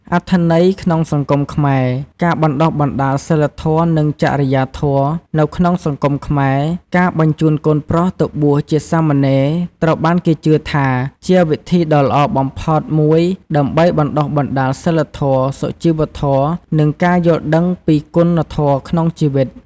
អត្ថន័យក្នុងសង្គមខ្មែរ ការបណ្ដុះបណ្ដាលសីលធម៌ និងចរិយាធម៌ នៅក្នុងសង្គមខ្មែរ ការបញ្ជូនកូនប្រុសទៅបួសជាសាមណេរត្រូវបានគេជឿថាជាវិធីដ៏ល្អបំផុតមួយដើម្បីបណ្ដុះបណ្ដាលសីលធម៌ សុជីវធម៌ និងការយល់ដឹងពីគុណធម៌ក្នុងជីវិត។